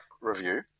Review